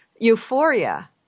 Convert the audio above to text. euphoria